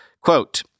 Quote